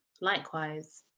likewise